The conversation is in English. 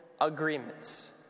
Agreements